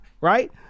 Right